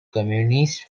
communist